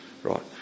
Right